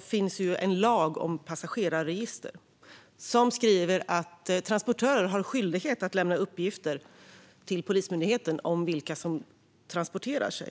finns en lag om passageraregister som säger att transportörer har skyldighet att lämna uppgifter till Polismyndigheten om vilka som transporterar sig.